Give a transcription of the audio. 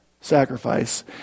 sacrifice